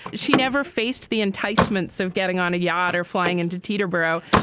she never faced the enticements of getting on a yacht or flying into teeter bro.